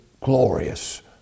glorious